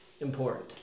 important